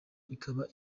ikaba